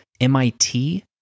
MIT